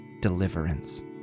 deliverance